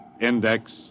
Index